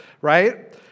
right